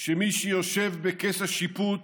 שמי שיושב בכס השיפוט